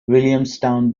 williamstown